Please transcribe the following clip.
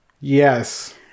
Yes